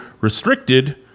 restricted